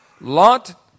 Lot